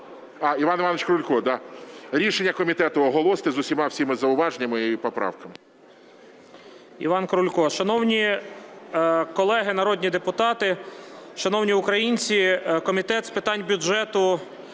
Іван Іванович Крулько. Рішення комітету оголосите з усіма зауваженнями і поправками. 13:49:20 КРУЛЬКО І.І. Іван Крулько. Шановні колеги народні депутати, шановні українці! Комітет з питань бюджету